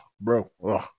bro